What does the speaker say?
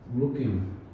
Looking